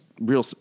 Real